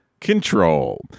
Control